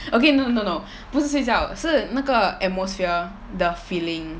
okay no no no 不是睡觉是那个 atmosphere the feeling